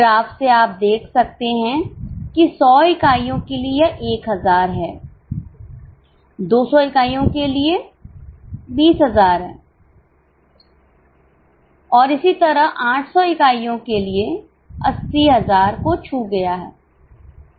graph से आप देख सकते हैं कि 100 इकाइयों के लिए यह 1000 है 200 इकाइयों के लिए 20000 है और इसी तरह 800 इकाइयों के लिए यह 80000 को छू गया है